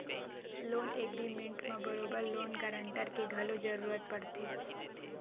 loan agreement म बरोबर loan guarantor के घलो जरुरत पड़थे